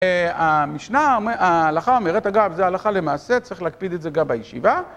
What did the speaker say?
ההלכה אומרת, אגב, זה הלכה למעשה, צריך להקפיד את זה גם בישיבה.